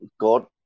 God